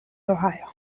ohio